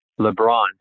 LeBron